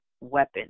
weapon